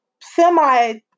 semi